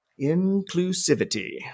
Inclusivity